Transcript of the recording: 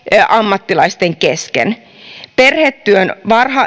ammattilaisten kesken perhetyön